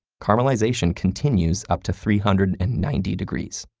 caramelization continues up to three hundred and ninety degrees.